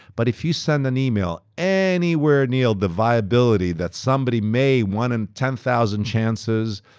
but if you send an email anywhere near the viability that somebody may, one in ten thousand chances,